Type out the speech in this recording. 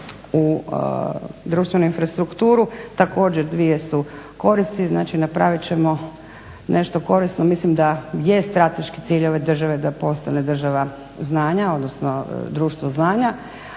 u društvenu infrastrukturu, također dvije su koristi. Znači napravit ćemo nešto korisno. Mislim da jest strateški cilj ove države da postane država znanja, odnosno društvo znanja